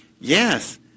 Yes